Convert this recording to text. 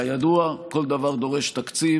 כידוע, כל דבר דורש תקציב.